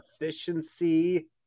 efficiency